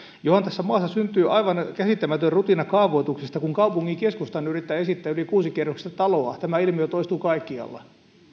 johan tässä maassa syntyy aivan käsittämätön rutina kaavoituksesta kun kaupungin keskustaan yrittää esittää yli kuusikerroksista taloa tämä ilmiö toistuu kaikkialla